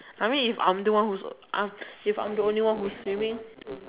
I mean if I'm the one who is uh if I'm the only one who's swimming